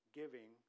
giving